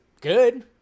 good